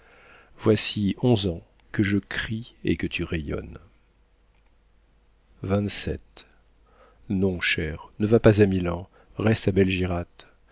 voici onze ans que je crie et que tu rayonnes non chère ne va pas à milan reste à belgirate